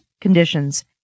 conditions